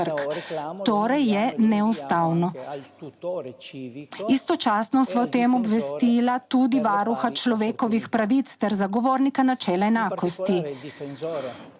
torej je neustavno. Istočasno sva o tem obvestila tudi Varuha človekovih pravic ter zagovornika načela enakosti.